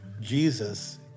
Jesus